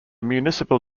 municipal